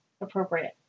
appropriate